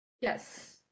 Yes